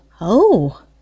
Oh